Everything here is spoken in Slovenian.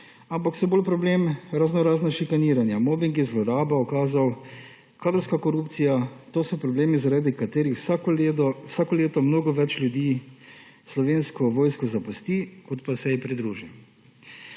ampak so bolj problem raznorazna šikaniranja. Mobingi, zlorabe ukazov, kadrovska korupcija, to so problemi, zaradi katerih vsako leto mnogo več ljudi Slovensko vojsko zapusti, kot pa se ji pridruži.